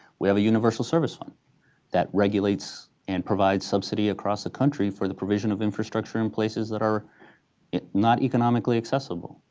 we have a universal service fund that regulates and provides subsidy across the country for the provision of infrastructure in places that are not economically accessible.